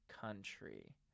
country